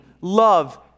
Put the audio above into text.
love